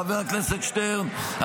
חבר הכנסת שטרן,